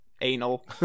anal